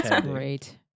great